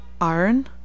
Iron